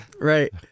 Right